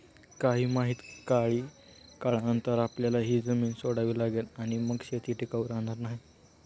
काय माहित, काही काळानंतर आपल्याला ही जमीन सोडावी लागेल आणि मग शेती टिकाऊ राहणार नाही